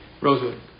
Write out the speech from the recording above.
Rosewood